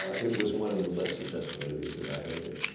it was one of the less successful interviews than i ever did.